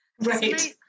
right